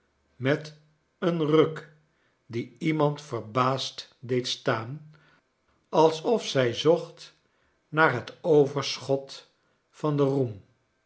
met een ruk die iemand verbaasd deed staan alsof zij zocht naar het overschot van den roem